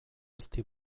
ezti